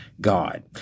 God